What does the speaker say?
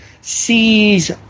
sees